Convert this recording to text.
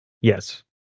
Yes